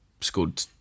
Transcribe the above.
Scored